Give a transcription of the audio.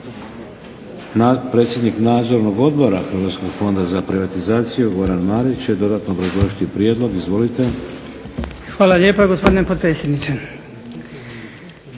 Hvala lijepo gospodine potpredsjedniče.